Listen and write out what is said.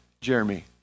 Jeremy